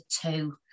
two